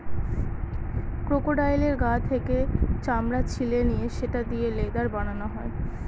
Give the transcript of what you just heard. ক্রোকোডাইলের গা থেকে চামড়া ছিলে নিয়ে সেটা দিয়ে লেদার বানানো হয়